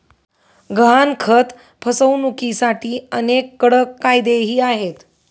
गहाणखत फसवणुकीसाठी अनेक कडक कायदेही आहेत